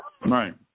Right